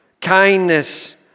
kindness